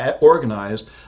organized